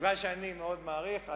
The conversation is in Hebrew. כיוון שאני מאוד מעריך,